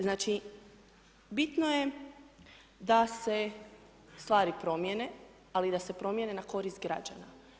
Znači bitno je da se stvari promijene, ali da se promijene na korist građana.